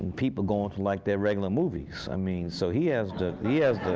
people going to like they're regular movies. i mean, so he has the yeah has the